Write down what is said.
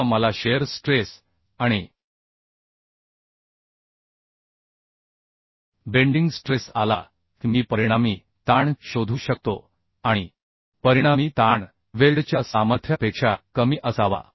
एकदा मला shear stress आणि बेंडिंग स्ट्रेस आला की मी परिणामी ताण शोधू शकतो आणि परिणामी ताण वेल्डच्या सामर्थ्यापेक्षा कमी असावा